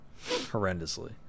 horrendously